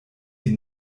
die